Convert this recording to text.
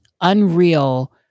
unreal